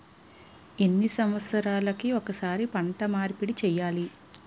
ఎన్ని సంవత్సరాలకి ఒక్కసారి పంట మార్పిడి చేయాలి?